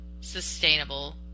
sustainable